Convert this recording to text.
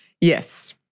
Yes